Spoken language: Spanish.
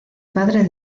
padre